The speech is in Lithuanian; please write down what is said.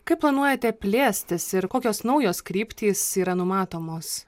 kaip planuojate plėstis ir kokios naujos kryptys yra numatomos